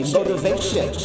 Motivation